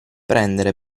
prendere